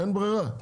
אין ברירה.